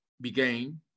began